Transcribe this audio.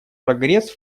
прогресс